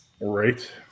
Right